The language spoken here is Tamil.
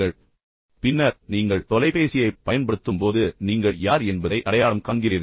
பின்னர் நீங்கள் அதை பற்றி சிந்தியுங்கள் பின்னர் நீங்கள் தொலைபேசியைப் பயன்படுத்தும்போது நீங்கள் யார் என்பதை அடையாளம் காண்கிறீர்கள்